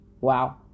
Wow